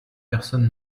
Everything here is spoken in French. personne